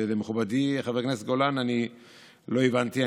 למכובדי חבר כנסת גולן, אני לא הבנתי.